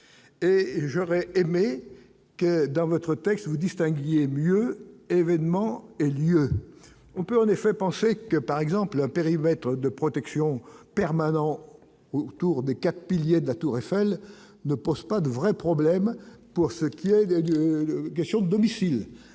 et j'aurais aimé que dans votre texte vous distinguez mieux événements et lieux, on peut en effet penser que, par exemple, un périmètre de protection permanent autour des 4 piliers de la Tour Eiffel ne pose pas de vrais problèmes, pour ce qui est ailleurs question domicile